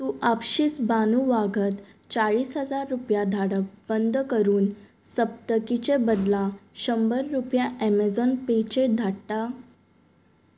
तूं आपशींच बानू वाघाक चाळीस हजार रुपया धाडप बंद करून सप्तकीचे बदला शंबर रुपया अमॅझॉन पेचेर धाडटा